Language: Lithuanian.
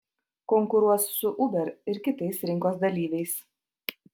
konkuruos su uber ir kitais rinkos dalyviais